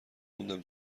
موندم